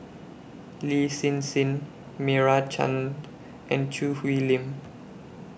Lin Hsin Hsin Meira Chand and Choo Hwee Lim